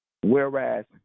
Whereas